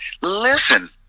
listen